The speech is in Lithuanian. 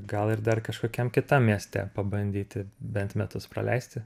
gal ir dar kažkokiam kitam mieste pabandyti bent metus praleisti